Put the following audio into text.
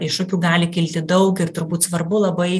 iššūkių gali kilti daug ir turbūt svarbu labai